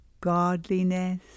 godliness